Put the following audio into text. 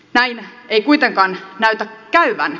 näin ei kuitenkaan näytä käyvän